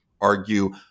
argue